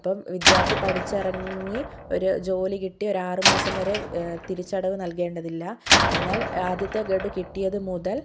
അപ്പോൾ വിദ്യാർത്ഥി പഠിച്ചിറങ്ങി ഒരു ജോലി കിട്ടിയ ഒരു ആറുമാസം വരെ തിരിച്ചടവ് നൽകേണ്ടതില്ല എന്നാൽ ആദ്യത്തെ ഗഡു കിട്ടിയത് മുതൽ